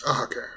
Okay